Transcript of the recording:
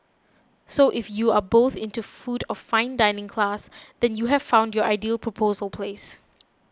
so if you are both into food of fine dining class then you have found your ideal proposal place